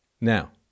Now